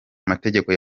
mategeko